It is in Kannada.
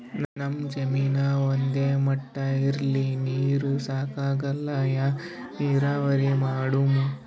ನಮ್ ಜಮೀನ ಒಂದೇ ಮಟಾ ಇಲ್ರಿ, ನೀರೂ ಸಾಕಾಗಲ್ಲ, ಯಾ ನೀರಾವರಿ ಮಾಡಮು?